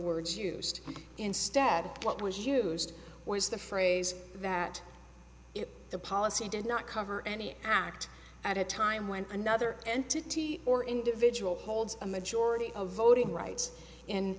words used instead of what was used was the phrase that the policy did not cover any act at a time when another entity or individual holds a majority of voting rights in